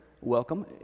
welcome